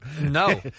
No